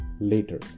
later